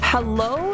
Hello